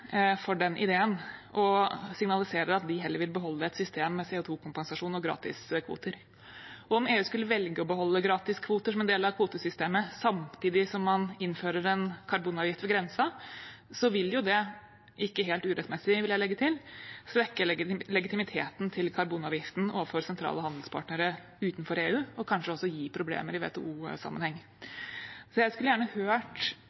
for den ideen, og signaliserer at de heller vil beholde et system med CO 2 -kompensasjon og gratiskvoter. Om EU skulle velge å beholde gratiskvoter som en del av kvotesystemet, samtidig som man innfører en karbonavgift ved grensen, vil jo det – ikke helt urettmessig, vil jeg legge til – svekke legitimiteten til karbonavgiften overfor sentrale handelspartnere utenfor EU og kanskje også gi problemer i WTO-sammenheng. Jeg skulle gjerne hørt